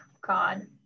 God